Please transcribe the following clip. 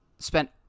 spent